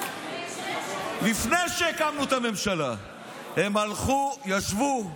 הם הלכו, ישבו ואמרו: